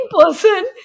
person